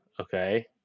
okay